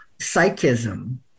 psychism